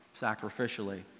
sacrificially